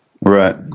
Right